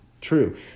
true